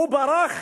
וברח